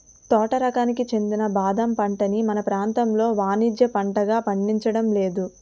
తోట రకానికి చెందిన బాదం పంటని మన ప్రాంతంలో వానిజ్య పంటగా పండించడం లేదు